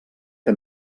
que